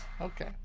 Okay